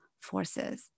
forces